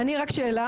אני רק שאלה,